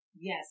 Yes